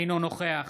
אינו נוכח